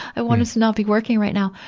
i want was to not be working right now.